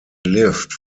lived